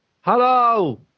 Hello